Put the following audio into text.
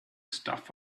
stuff